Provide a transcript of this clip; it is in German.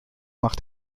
macht